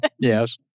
yes